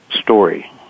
story